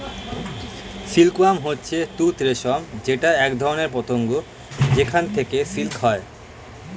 silk worm হচ্ছে তুত রেশম যেটা একধরনের পতঙ্গ যেখান থেকে সিল্ক হয়